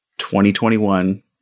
2021